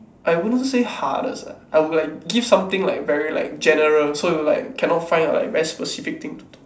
I wouldn't say hardest ah I would like give something like very like general so it would like cannot find like very specific thing to talk